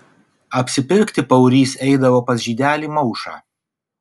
apsipirkti paurys eidavo pas žydelį maušą